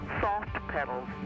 soft-pedals